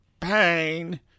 pain